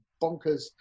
bonkers